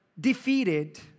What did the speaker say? defeated